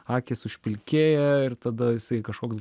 akys užpilkėja ir tada jisai kažkoks